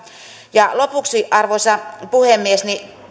ansiosta lopuksi arvoisa puhemies